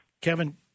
Kevin